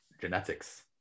genetics